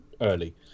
early